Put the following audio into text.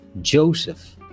Joseph